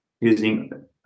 using